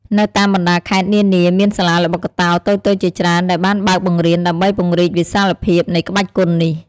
នៅតាមបណ្ដាខេត្តនានា មានសាលាល្បុក្កតោតូចៗជាច្រើនដែលបានបើកបង្រៀនដើម្បីពង្រីកវិសាលភាពនៃក្បាច់គុននេះ។